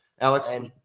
Alex